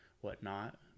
whatnot